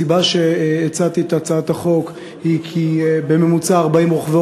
הסיבה לכך שהצעתי את הצעת החוק היא ש-40 רוכבי